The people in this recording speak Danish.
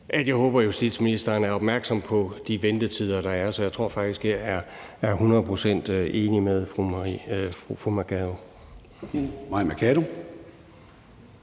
jeg håber, justitsministeren er opmærksom på de ventetider, der er. Så jeg tror faktisk, jeg er hundrede procent enig med fru Mai